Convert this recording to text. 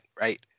right